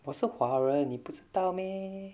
我是华人你不知道 meh